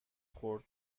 خورد